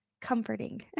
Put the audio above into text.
comforting